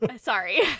sorry